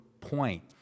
point